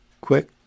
Quick